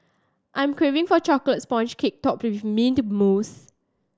I'm craving for chocolate sponge cake topped with mint mousse